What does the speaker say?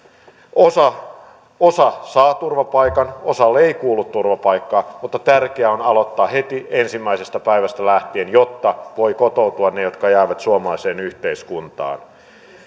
osa osa saa turvapaikan osalle ei kuulu turvapaikkaa mutta tärkeää on aloittaa heti ensimmäisestä päivästä lähtien jotta voivat kotoutua ne jotka jäävät suomalaiseen yhteiskuntaan